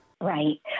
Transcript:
Right